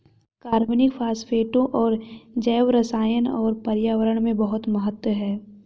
कार्बनिक फास्फेटों का जैवरसायन और पर्यावरण में बहुत महत्व है